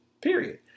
Period